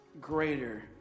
greater